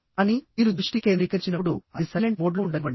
కానీ మీరు దృష్టి కేంద్రీకరించినప్పుడు అది సైలెంట్ మోడ్లో ఉండనివ్వండి